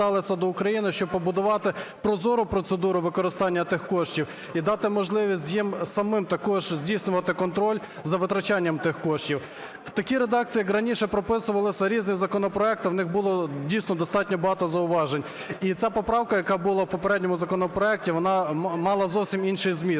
зверталися до України, щоб побудувати прозору процедуру використання тих коштів і дати можливість їм самим також здійснювати контроль за витрачанням тих коштів. В такі редакції, як раніше прописувалися різні законопроекти, у них було, дійсно, достатньо багато зауважень. І ця поправка, яка була в попередньому законопроекті, вона мала зовсім інший зміст.